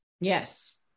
Yes